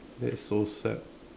that is so sad